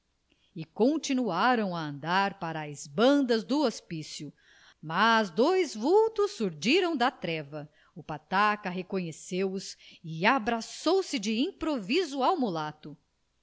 continuaram a andar para as bandas do hospício mas dois vultos surdiram da treva o pataca reconheceu os e abraçou-se de improviso ao